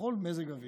בכל מזג אוויר,